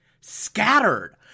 scattered